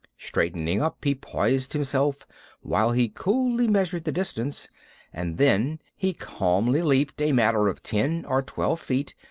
straightening up, he poised himself while he coolly measured the distance and then he calmly leaped a matter of ten or twelve feet,